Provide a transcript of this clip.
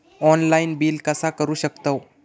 Online bill कसा करु शकतव?